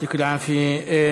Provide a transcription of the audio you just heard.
יעטיכ אל-עאפיה.